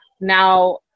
Now